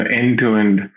end-to-end